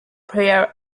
prayer